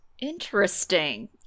Interesting